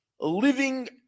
living